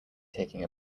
taking